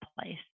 place